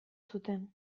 zuten